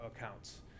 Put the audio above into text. accounts